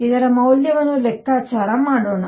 ಇದರ ಮೌಲ್ಯವನ್ನು ಲೆಕ್ಕಾಚಾರ ಮಾಡೋಣ